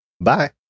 Bye